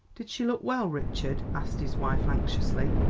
did she look well, richard? asked his wife anxiously.